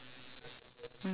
yes